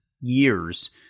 years